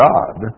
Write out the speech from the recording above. God